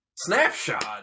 Snapshot